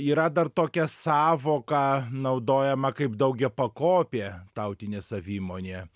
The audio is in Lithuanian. yra dar tokia sąvoka naudojama kaip daugiapakopė tautinė savimonė